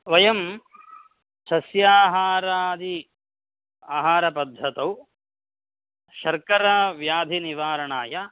वयं सस्याहारादि आहारपद्धतौ शर्करव्याधिनिवारणाय